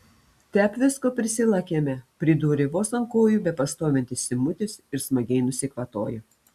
tep visko prisilakėme pridūrė vos ant kojų bepastovintis simutis ir smagiai nusikvatojo